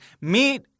Meet